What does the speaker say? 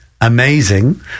amazing